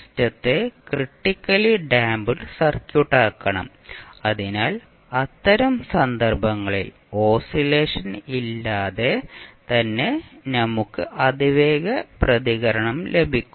സിസ്റ്റത്തെ critically damped circuit ആക്കണം അതിനാൽ അത്തരം സന്ദർഭങ്ങളിൽ ഓസിലേഷൻ ഇല്ലാതെ തന്നെ നമുക്ക് അതിവേഗ പ്രതികരണം ലഭിക്കും